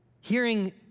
Hearing